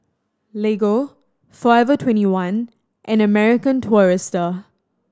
Lego Forever Twenty one and American Tourister